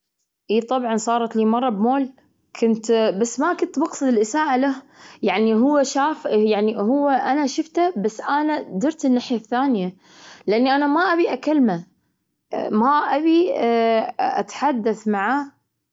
وايد، نصهم بالكويت، والنص الثاني موزعين. ونشوف بعض غالبا بالمناسبات. يعني الحمد لله، نشوف بعض مثلًا لو في مناسبة أو في العطلات العائلية، جمعة خميس، تشذي يعني.